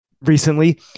recently